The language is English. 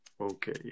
Okay